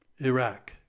Iraq